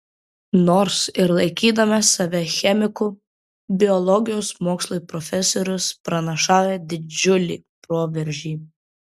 nors ir laikydamas save chemiku biologijos mokslui profesorius pranašauja didžiulį proveržį